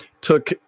took